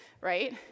right